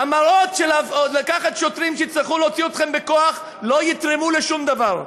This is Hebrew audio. המראות של שוטרים שיצטרכו להוציא אתכם בכוח לא יתרמו לשום דבר.